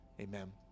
amen